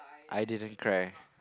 I didn't cry